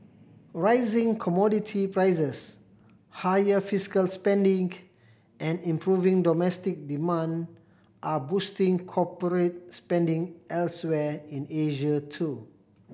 rising commodity prices higher fiscal spending and improving domestic demand are boosting corporate spending elsewhere in Asia too